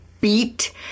beat